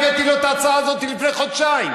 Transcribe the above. הבאתי לו את ההצעה הזאת לפני חודשיים.